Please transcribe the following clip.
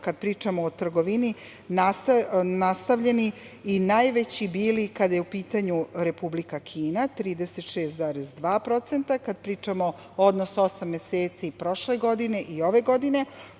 kada pričamo o trgovini, nastavljeni i najveći bili kada je u pitanju Republika Kina – 36,2%, kada pričamo o odnosu osam meseci prošle godine i ove godine,